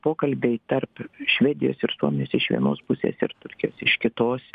pokalbiai tarp švedijos ir suomijos iš vienos pusės ir turkijos iš kitos